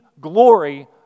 glory